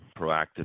proactive